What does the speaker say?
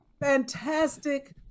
fantastic